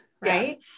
right